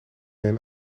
hen